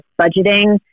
budgeting